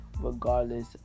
Regardless